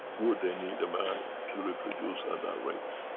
would they need the man to reproduce at that rate.